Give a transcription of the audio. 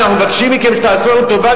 אנחנו מבקשים מכם שתעשו לנו טובה,